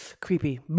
creepy